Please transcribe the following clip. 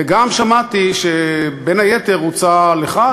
וגם שמעתי שבין היתר הוצע לך,